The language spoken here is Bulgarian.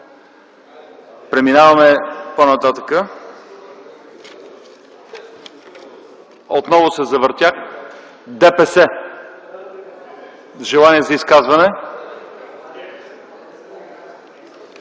Преминаваме по-нататък. Отново се завъртяхме. ДПС – желание за изказване?